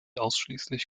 ausschließlich